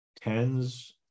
tens